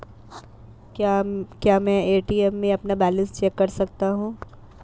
क्या मैं ए.टी.एम में अपना बैलेंस चेक कर सकता हूँ?